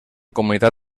comunitat